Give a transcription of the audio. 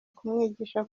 kumwigisha